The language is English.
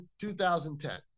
2010